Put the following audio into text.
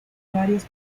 varias